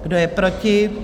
Kdo je proti?